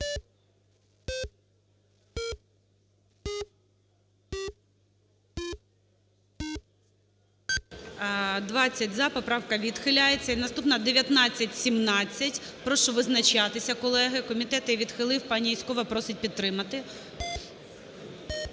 За-20 Поправка відхиляється. І наступна - 1917. Прошу визначатися, колеги. Комітет її відхилив. Пані Юзькова просить підтримати.